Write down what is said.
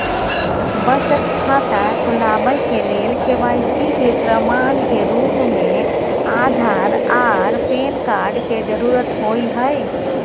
बचत खाता खोलाबय के लेल के.वाइ.सी के प्रमाण के रूप में आधार आर पैन कार्ड के जरुरत होय हय